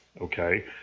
okay